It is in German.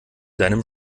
deinem